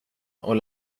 och